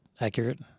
accurate